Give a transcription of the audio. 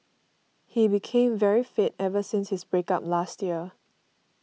he became very fit ever since his break up last year